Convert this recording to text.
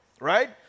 right